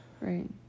Right